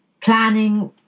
planning